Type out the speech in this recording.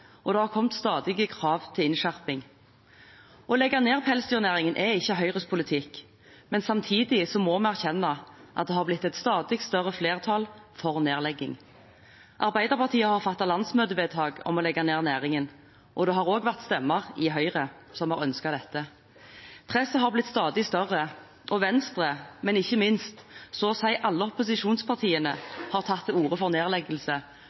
det har stadig kommet krav om innskjerping. Å legge ned pelsdyrnæringen er ikke Høyres politikk, men samtidig må vi erkjenne at det har blitt et stadig større flertall for nedlegging. Arbeiderpartiet har fattet landsmøtevedtak om å legge ned næringen, og det har også vært stemmer i Høyre som har ønsket dette. Presset har blitt stadig større, og Venstre – men ikke minst så å si alle opposisjonspartiene – har tatt til orde for nedleggelse,